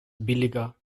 billiger